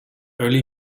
early